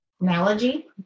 analogy